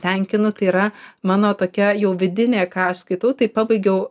tenkinu tai yra mano tokia jau vidinė ką aš skaitau tai pabaigiau